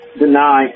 deny